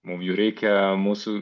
mum jų reikia mūsų